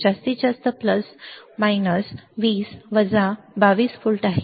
जास्तीत जास्त प्लस उणे 20 वजा 22 व्होल्ट आहे